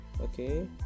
Okay